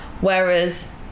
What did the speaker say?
Whereas